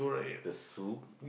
the soup